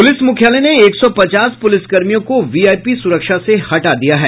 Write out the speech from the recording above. police मुख्यालय ने एक सौ पचास पूलिसकर्मियों को वीआईपी सुरक्षा से हटा दिया है